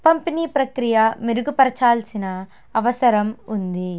పంపిణీ ప్రక్రియ మెరుగుపరచాల్సిన అవసరం ఉంది